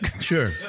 Sure